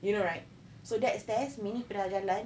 you know right so that stairs minnie pernah jalan